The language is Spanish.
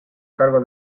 cargo